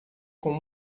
com